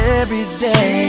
everyday